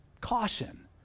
caution